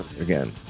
again